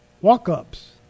walk-ups